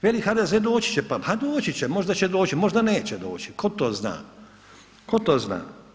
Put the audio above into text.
Veli HDZ doći će pameti, a doći će, možda će doći, možda neće doći, ko to zna, ko to zna.